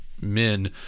men